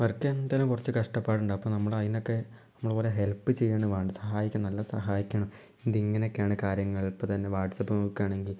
വരയ്ക്കാൻ എന്തായാലും കുറച്ച് കഷ്ടപ്പാടുണ്ടാകും അപ്പം നമ്മൾ അതിനൊക്കെ നമ്മള് കുറെ ഹെല്പ് ചെയ്യുകയാണ് വേണ്ടത് സഹായിക്കുക നല്ല സഹായിക്കണം എന്ത് ഇങ്ങനെ ഒക്കെയാണ് കാര്യങ്ങൾ ഇപ്പം തന്നെ വാട്സപ്പ് നോക്കുകയാണെങ്കിൽ